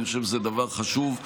אני חושב שזה דבר חשוב.